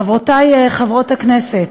חברותי חברות הכנסת,